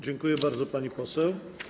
Dziękuję bardzo, pani poseł.